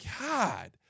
God